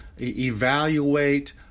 evaluate